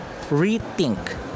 Rethink